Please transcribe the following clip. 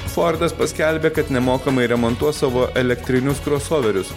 fordas paskelbė kad nemokamai remontuos savo elektrinius krosoverius